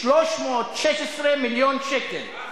316 מיליון שקל,